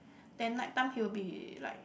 then night time he will be like